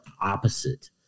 opposite